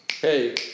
Hey